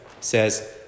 says